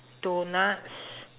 doughnuts